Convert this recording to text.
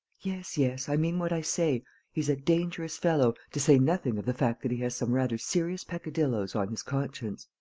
yes, yes, i mean what i say he's a dangerous fellow, to say nothing of the fact that he has some rather serious peccadilloes on his conscience.